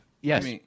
Yes